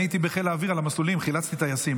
אני הייתי בחיל אוויר על המסלולים, חילצתי טייסים.